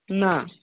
না